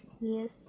Yes